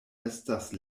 estas